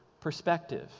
perspective